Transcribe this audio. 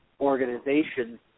organization